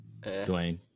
Dwayne